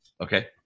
Okay